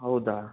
ಹೌದಾ